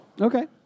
Okay